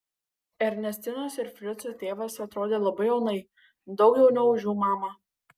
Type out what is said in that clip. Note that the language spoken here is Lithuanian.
ernestinos ir frico tėvas atrodė labai jaunai daug jauniau už jų mamą